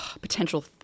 potential